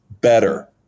better